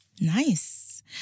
Nice